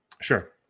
Sure